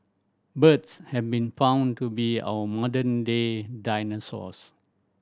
birds have been found to be our modern day dinosaurs